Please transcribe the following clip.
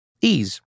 Ease